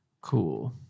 Cool